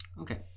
Okay